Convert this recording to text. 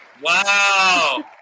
Wow